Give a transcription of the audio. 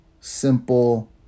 simple